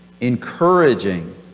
Encouraging